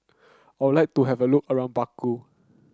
I would like to have a look around Baku